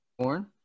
Corn